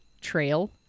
trail